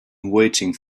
waiting